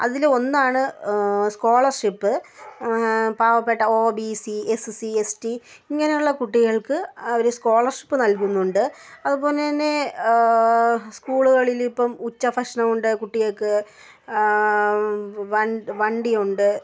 അതിൽ ഒന്നാണ് സ്കോളർഷിപ്പ് പാവപ്പെട്ട O B C S C S T ഇങ്ങനെയുള്ള കുട്ടികൾക്ക് ഒരു സ്കോളർഷിപ്പ് നൽകുന്നുണ്ട് അതുപോലെ തന്നെ സ്കൂളുകളിൽ ഇപ്പം ഉച്ചഭക്ഷണമുണ്ട് കുട്ടികൾക്ക് വണ്ട് വണ്ടിയുണ്ട്